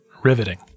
Riveting